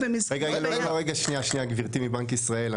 שניה גברתי מבנק ישראל.